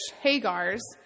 Hagar's